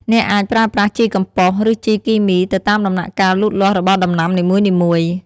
អ្នកអាចប្រើប្រាស់ជីកំប៉ុស្ត ឬជីគីមី ទៅតាមដំណាក់កាលលូតលាស់របស់ដំណាំនីមួយៗ។